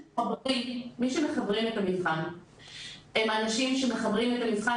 מי שמחברים את המבחן הם אנשים שמחברים את המבחן